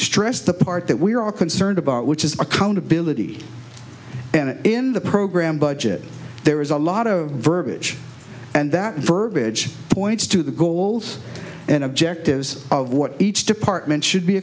stress the part that we're all concerned about which is accountability and in the program budget there is a lot of verbiage and that verbiage points to the goals and objectives of what each department should be